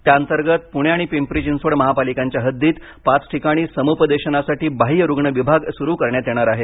त्याअंतर्गत पुणे आणि पिंपरी चिंचवड महापालिकांच्या हद्दीत पाच ठिकाणी समुपदेशनासाठी बाह्य रुग्ण विभाग सुरू करण्यात येणार आहे